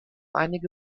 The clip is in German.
einige